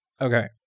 Okay